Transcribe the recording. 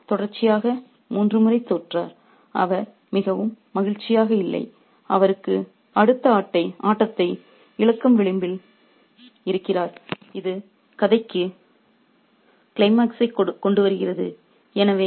எனவே அவர் தொடர்ச்சியாக மூன்று முறை தோற்றார் அவர் மிகவும் மகிழ்ச்சியாக இல்லை அவரும் அடுத்த ஆட்டத்தை இழக்கும் விளிம்பில் இருக்கிறார் இது கதைக்கு க்ளைமாக்ஸைக் கொண்டுவருகிறது